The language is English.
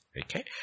Okay